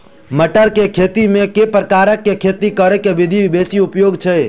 मटर केँ खेती मे केँ प्रकार केँ खेती करऽ केँ विधि बेसी उपयोगी छै?